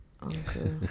Uncle